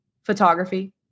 photography